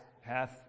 half